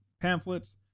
pamphlets